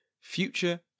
future